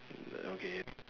err okay